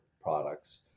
products